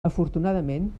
afortunadament